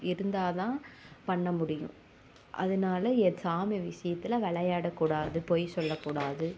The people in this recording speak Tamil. இருந்தா தான் பண்ண முடியும் அதனால எத் சாமி விஷியத்தில் விளையாடக்கூடாது பொய் சொல்லக்கூடாது